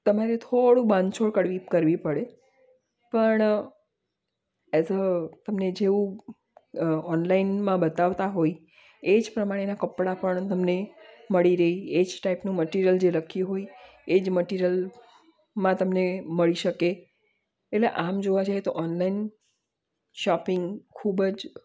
તમારે થોડું બાંધછોડ કરવી પડે પણ એઝ અ તમને જેવું ઓનલાઇનમાં બતાવતા હોય એ જ પ્રમાણેનાં કપડાં પણ તમને મળી રહે એ જ ટાઇપનું મટિરિયલ જે લખ્યું હોય એ જ મટિરિયલમાં તમને મળી શકે એટલે આમ જોવા જઈએ તો ઓનલાઇન શોપિંગ ખૂબ જ